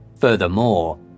Furthermore